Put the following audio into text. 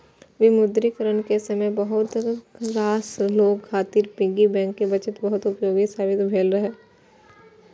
विमुद्रीकरण के समय बहुत रास लोग खातिर पिग्गी बैंक के बचत बहुत उपयोगी साबित भेल रहै